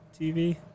TV